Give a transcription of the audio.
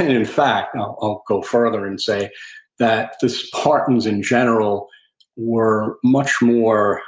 in fact i'll go further and say that the spartans in general were much more